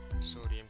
sodium